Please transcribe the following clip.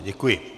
Děkuji.